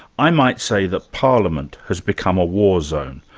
i might say that parliament has become a war zone.